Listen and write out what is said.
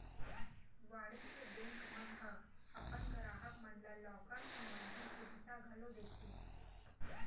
वाणिज्य बेंक मन ह अपन गराहक मन ल लॉकर संबंधी सुभीता घलौ देथे